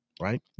right